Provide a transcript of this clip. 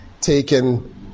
taken